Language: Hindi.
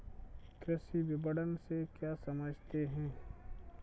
कृषि विपणन से क्या समझते हैं?